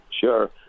sure